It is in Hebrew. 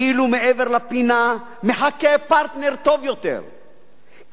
כאילו מעבר לפינה מחכה פרטנר טוב יותר,